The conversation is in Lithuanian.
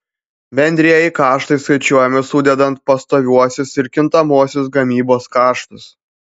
bendrieji kaštai skaičiuojami sudedant pastoviuosius ir kintamuosius gamybos kaštus